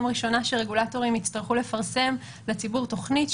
ראשונה שרגולטורים יצטרכו לפרסם לציבור תוכנית,